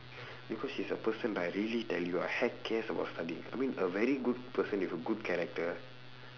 because she is a person right really I tell you ah heck cares about studying I mean a very good person with a good character